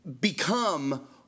become